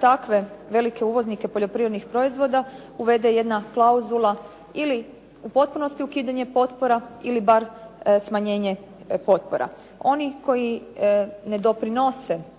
takve velike uvoznike poljoprivrednih proizvoda uvede jedna klauzula ili ukidanje u potpunosti ukidanje potpora ili smanjenje potpora. Oni koji ne doprinose